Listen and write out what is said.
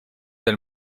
del